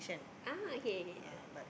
ah okay okay ya